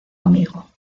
amigo